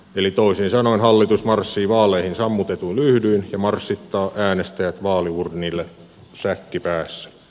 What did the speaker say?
eli toisin sanoen hallitus marssii vaaleihin sammutetuin lyhdyin ja marssittaa äänestäjät vaaliuurnille säkki päässä